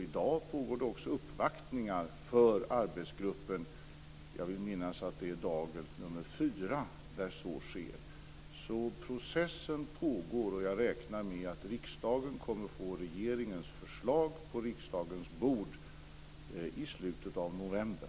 I dag pågår också uppvaktningar för arbetsgruppen. Jag vill minnas att det i dag är dag nr 4 som så sker, så processen pågår. Jag räknar med att riksdagen får regeringens förslag på sitt bord i slutet av november.